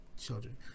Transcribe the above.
children